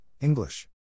English